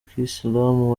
kisilamu